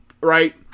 right